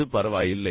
அது பரவாயில்லை